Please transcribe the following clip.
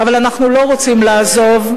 אבל אנחנו לא רוצים לעזוב,